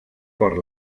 por